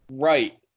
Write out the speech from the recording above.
right